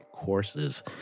courses